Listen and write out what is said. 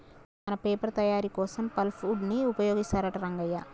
మన పేపర్ తయారీ కోసం పల్ప్ వుడ్ ని ఉపయోగిస్తారంట రంగయ్య